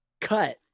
cut